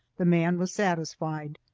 the man was satisfied,